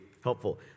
helpful